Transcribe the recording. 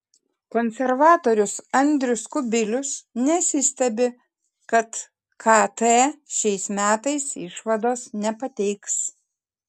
konservatorius andrius kubilius nesistebi kad kt šiais metais išvados nepateiks